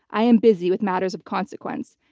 i am busy with matters of consequence.